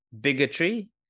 bigotry